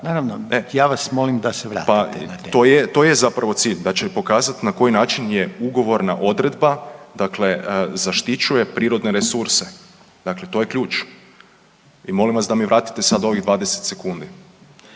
Zvonimir (MOST)** Pa to je, to je zapravo cilj da će pokazat na koji način je ugovorna odredba zaštićuje dakle prirodne resurse. Dakle to je ključ. I molim vas da mi vratite sad ovih 20 sekundi.